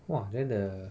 !wah! then the